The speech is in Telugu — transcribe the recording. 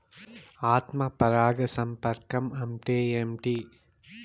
ఆత్మ పరాగ సంపర్కం అంటే ఏంటి?